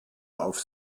auf